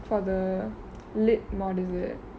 for the late module leh